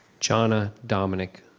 jonah dominic.